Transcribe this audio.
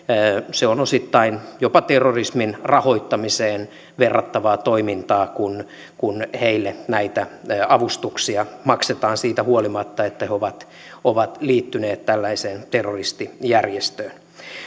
se on osittain jopa terrorismin rahoittamiseen verrattavaa toimintaa kun kun heille näitä avustuksia maksetaan siitä huolimatta että he ovat ovat liittyneet tällaiseen terroristijärjestöön